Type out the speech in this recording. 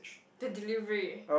the delivery